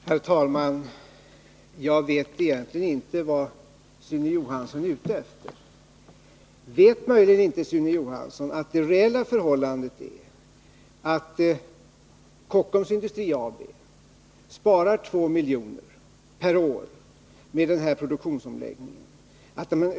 Herr talman! Jag vet egentligen inte vad Sune Johansson är ute efter. Vet möjligen inte Sune Johansson att det reella förhållandet är att Kockums Industri AB sparar 2 milj.kr. per år med den här produktionsomläggningen?